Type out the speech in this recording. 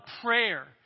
prayer